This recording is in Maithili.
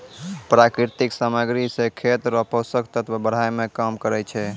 प्राकृतिक समाग्री से खेत रो पोसक तत्व बड़ाय मे काम करै छै